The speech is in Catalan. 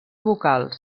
vocals